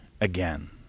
again